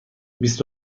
بیست